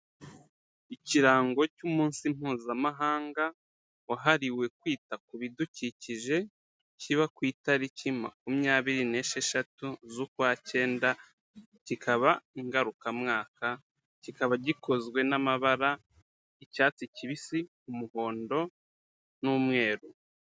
Ikirango cy'umunsi Mpuzamahanga wahariwe kwita ku bidukikije, kiba ku itariki makumyabiri n'esheshatu z'ukwa cyenda kikaba ngarukamwaka, kikaba gikozwe n'amabara, icyatsi kibisi, umuhondo n'umweru.